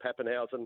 Pappenhausen